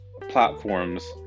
platforms